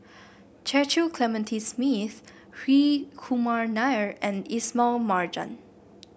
Cecil Clementi Smith Hri Kumar Nair and Ismail Marjan